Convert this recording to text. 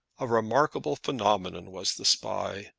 a remarkable phenomenon was the spy,